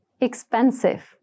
expensive